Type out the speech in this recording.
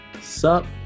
sup